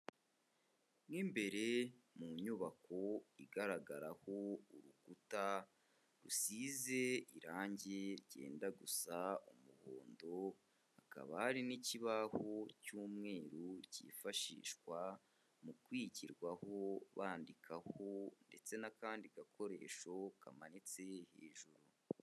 Mo imbere mu nyubako igaragaraho urukuta rusize irangi ryenda gusa umuhondo, hakaba ari n'ikibaho cy'umweru cyifashishwa mu kwigirwaho bandikaho ndetse n'akandi gakoresho kamanitse hejuru.